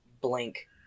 blink